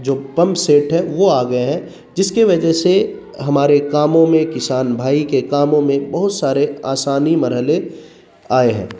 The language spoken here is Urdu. جو پمپ سیٹ ہے وہ آ گئے ہیں جس کے وجہ سے ہمارے کاموں میں کسان بھائی کے کاموں میں بہت سارے آسانی مرحلے آئے ہیں